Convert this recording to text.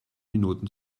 minuten